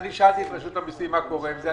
שאלתי את רשות המיסים מה קורה עם זה.